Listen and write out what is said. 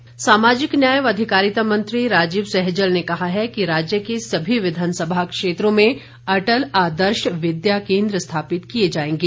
सैजल सामाजिक न्याय व अधिकारिता मंत्री राजीव सैजल ने कहा है कि राज्य के सभी विधानसभा क्षेत्रों में अटल आदर्श विद्या केन्द्र स्थापित किए जाएंगे